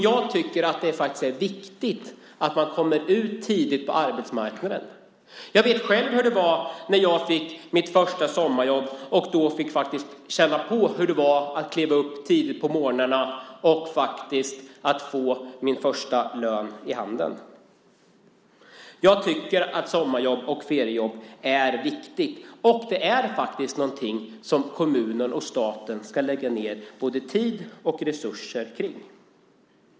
Det är viktigt att man kommer ut på arbetsmarknaden tidigt. Jag vet själv hur det var när jag fick mitt första sommarjobb och fick känna på hur det var att kliva upp tidigt på morgnarna och få min första lön i handen. Det är viktigt med sommarjobb och feriejobb. Det är något som kommunerna och staten ska lägga ned både tid och resurser på.